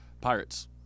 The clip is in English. Pirates